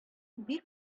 бик